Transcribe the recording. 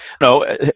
No